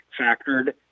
factored